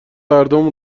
هردومون